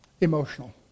emotional